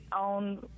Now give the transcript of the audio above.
on